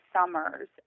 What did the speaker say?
summers